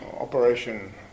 Operation